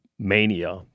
mania